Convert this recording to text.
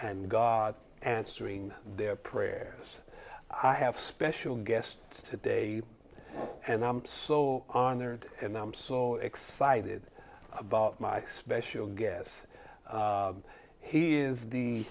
and god answering their prayers i have special guest today and i'm so honored and i'm so excited about my special guests he is the